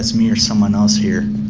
that's me or someone else here,